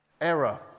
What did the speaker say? error